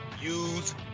use